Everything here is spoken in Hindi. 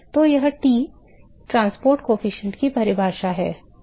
तो यह t परिवहन गुणांक की परिभाषा है और